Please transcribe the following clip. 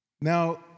Now